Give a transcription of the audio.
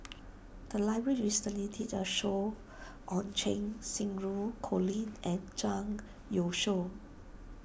the library recently did a show on Cheng Xinru Colin and Zhang Youshuo